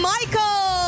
Michael！